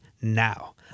now